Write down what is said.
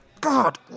God